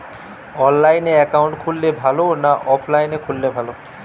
অনলাইনে একাউন্ট খুললে ভালো না অফলাইনে খুললে ভালো?